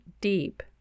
deep